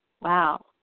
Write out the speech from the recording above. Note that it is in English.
Wow